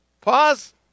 Pause